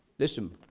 Listen